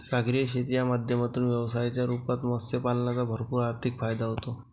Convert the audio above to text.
सागरी शेतीच्या माध्यमातून व्यवसायाच्या रूपात मत्स्य पालनाचा भरपूर आर्थिक फायदा होतो